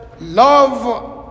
love